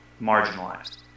marginalized